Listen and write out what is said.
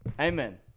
Amen